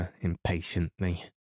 impatiently